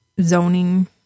zoning